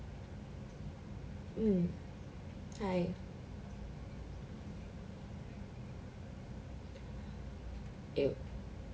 mm hi it